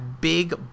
big